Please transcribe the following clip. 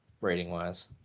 rating-wise